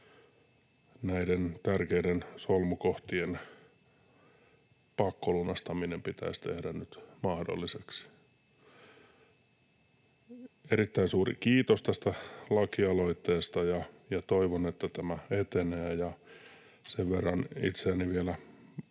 näiden tärkeiden solmukohtien pakkolunastaminen pitäisi tehdä nyt mahdolliseksi. Erittäin suuri kiitos tästä lakialoitteesta, ja toivon, että tämä etenee. Ja sen verran itseäni vielä